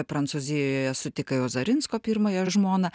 prancūzijoje sutikai ozarinsko pirmąją žmoną